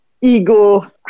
ego